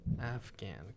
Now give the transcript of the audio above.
Afghan